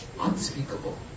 unspeakable